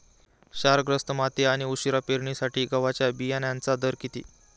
क्षारग्रस्त माती आणि उशिरा पेरणीसाठी गव्हाच्या बियाण्यांचा दर किती?